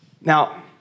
Now